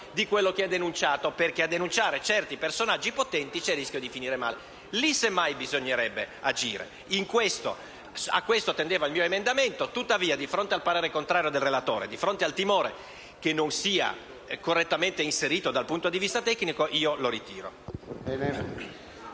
di colui che viene denunciato, perché a denunciare certi personaggi potenti c'è il rischio di finire male. È in questa direzione, semmai, che bisognerebbe agire. A questo tendeva il mio emendamento. Tuttavia, di fronte al parere contrario del relatore e al timore che non sia correttamente inserito dal punto di vista tecnico, lo ritiro.